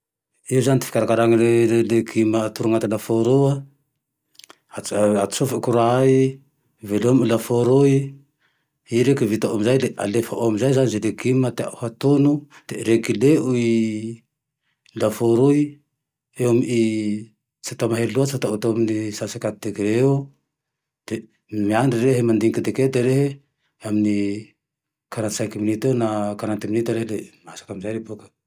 Io zane fikarakara legimy atao anaty laforo io, atsofoky courant ay, velomiko lafôroy, i reke vitako ame zay le alefao ame zay zane ze legimo tiao hatony de regleo i lafôroy eo amy i tsy atao mahery loatsy fa ato amy cent cinuqante degre eo, de miandry rehe mandiny kedekede rehe amin'ny quarante cinq minute eo na quarante minute rehe le masaky amizay bakeo.